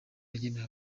yagenewe